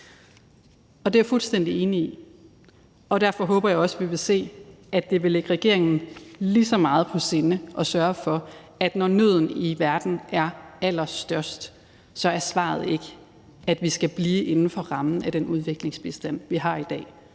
Det er jeg fuldstændig enig i, og derfor håber jeg også, vi vil se, at det vil ligge regeringen lige så meget på sinde at sørge for, at når nøden i verden er allerstørst, er svaret ikke, at vi skal blive inden for rammen af den udviklingsbistand, vi har i dag.